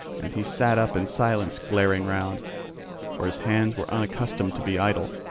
and he sat up in silence glaring round for his hands were unaccustomed to be idle.